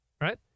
right